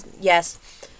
Yes